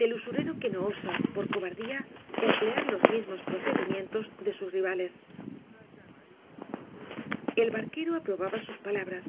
del usurero que no osa por cobardía emplear los mismos procedimientos de sus rivales el barquero aprobaba sus palabras